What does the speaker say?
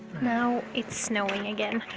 now it's snowing again,